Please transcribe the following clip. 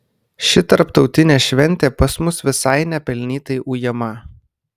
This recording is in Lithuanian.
ši tarptautinė šventė pas mus visai nepelnytai ujama